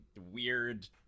weird